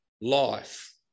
life